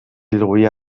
lviv